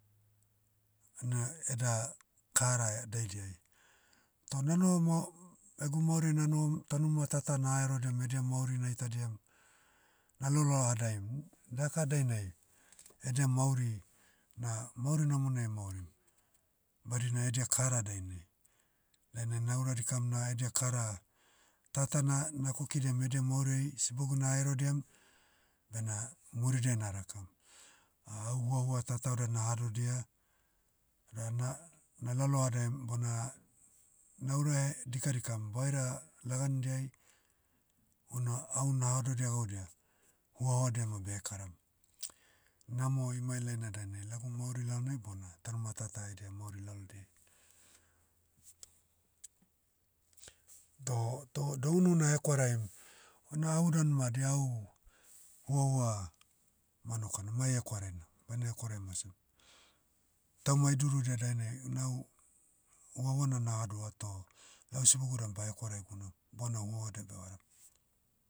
Ena eda, karae daidiai. Toh nanoho ma- egu mauriai nanohom, taunima tata na herodiam edia mauri naitadiam, na lalohadaim, daka dainai, edia mauri, na mauri namonai emaurim, badina edia kara dainai. Dainai naura dikam na edia kara, tata na- na kokidiam edia mauriei, sibogu na herodiam, bena muridiai narakam. au huahua tatao da nahadodia, da na- na lalohadaim bona, naurae, dikadikam, vaira, lagandiai, una au na hadodia gaudia, huauadia ma behekaram. Namo imailaina dainai lagu mauri lalonai bona, taunima tata edia mauri lalodiai. Doh- toh dounu na hekwaraim, una au dan ma dia au, huahua, manokana mai hekwaraina, baine hekwarai masem. Tauma idurudia dainai, nau, huauana nahadoa toh, lau sibogu dan ba hekwarai gunam, bona huadia bevaram.